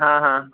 हां हां